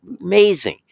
amazing